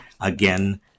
again